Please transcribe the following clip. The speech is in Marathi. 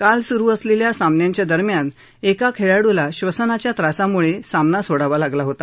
काल सुरु असलेल्या सामन्यांदरम्यान एका खेळाडूला श्वसनाच्या त्रासामुळे सोडावा लागला होता